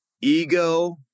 ego